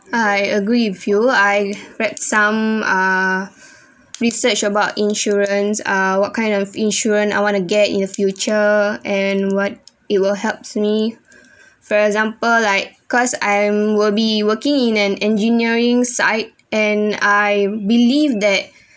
I agree with you I read some ah research about insurance ah what kind of insurance I want to get in the future and what it will helps me for example like cause I'm will be working in an engineering site and I believe that